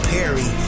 Perry